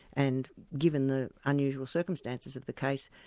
and given the unusual circumstances of the case,